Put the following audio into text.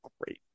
great